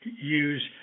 use